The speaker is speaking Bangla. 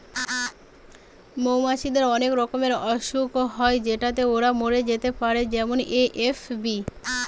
মৌমাছিদের অনেক রকমের অসুখ হয় যেটাতে ওরা মরে যেতে পারে যেমন এ.এফ.বি